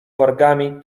wargami